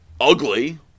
ugly